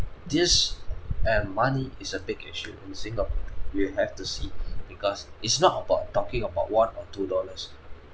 this and money is a big issue in singapore you have to see because it's not about talking about one or two dollars